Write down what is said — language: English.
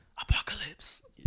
Apocalypse